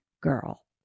girl